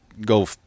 go